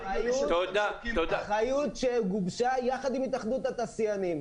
אחריות שגובשה יחד עם התאחדות התעשיינים.